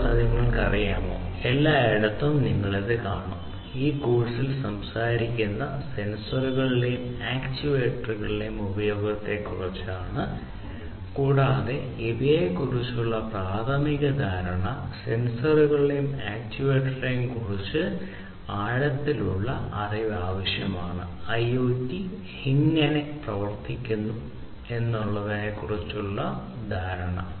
കൂടാതെ നിങ്ങൾക്കറിയാമോ എല്ലായിടത്തും നിങ്ങൾ കാണും ഈ കോഴ്സിൽ നമ്മൾ സംസാരിക്കുന്നത് സെൻസറുകളുടെയും ആക്യുവേറ്ററുകളുടെയും ഉപയോഗത്തെക്കുറിച്ചാണ് കൂടാതെ ഇവയെ കുറിച്ചുള്ള ഈ പ്രാഥമിക ധാരണ സെൻസറുകളെയും ആക്റ്റുവേറ്ററുകളെയും കുറിച്ച് നിങ്ങൾക്ക് ആഴത്തിലുള്ള അറിവ് ആവശ്യമാണ് IIoT എങ്ങനെ പ്രവർത്തിക്കുന്നു എന്നതിനെക്കുറിച്ചുള്ള ധാരണ